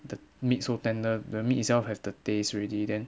the meat so tender the meat itself have the taste already then